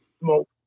smoke